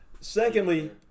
Secondly